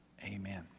amen